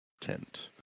tent